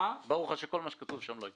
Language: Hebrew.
ברור לך שכל מה שכתוב שם לא יקרה,